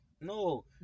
No